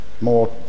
more